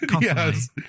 Yes